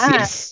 Yes